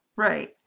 Right